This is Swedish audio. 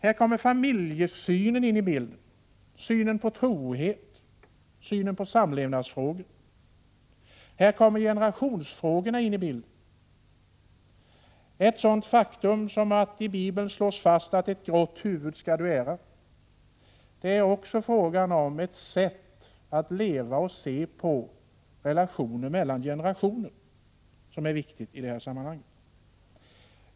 Här kommer familjesynen in i bilden och också synen på trohet, på samlevnad och på generationsfrågorna. I Bibeln slås fast att ett grått huvud skall du ära. Det är fråga om ett sätt att leva och se på relationerna mellan generationer. Det är också viktigt i detta sammanhang.